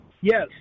Yes